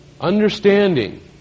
understanding